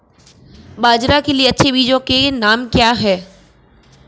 बाजरा के लिए अच्छे बीजों के नाम क्या हैं?